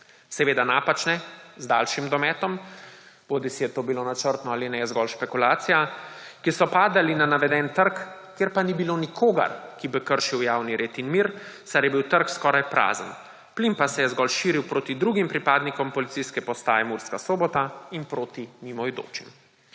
seveda napačne, z daljšim dometom, bodisi je to bilo načrtno ali ne, je zgolj špekulacija, ki so padali na naveden trg, kjer pa ni bilo nikogar, ki bi kršil javni red in mir, saj je bil trg skoraj prazen, plin pa se je zgolj širil proti drugim pripadnikom Policijske postaje Murska Sobota in proti mimoidočim.